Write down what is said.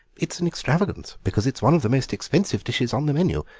it's an extravagance, because it's one of the most expensive dishes on the menu,